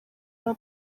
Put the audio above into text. rwa